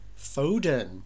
Foden